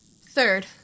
Third